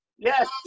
Yes